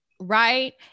right